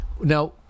Now